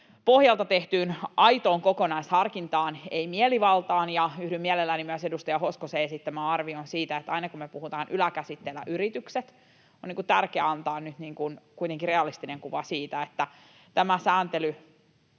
pohjalta tehtyyn aitoon kokonaisharkintaan, ei mielivaltaan. Yhdyn mielelläni myös edustaja Hoskosen esittämään arvioon siitä, että aina kun me puhutaan yläkäsitteellä ”yritykset”, on tärkeää antaa kuitenkin realistinen kuva siitä, että tämä sääntely